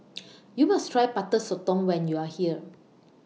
YOU must Try Butter Sotong when YOU Are here